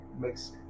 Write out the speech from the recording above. makes